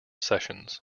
sessions